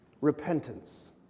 repentance